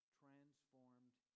transformed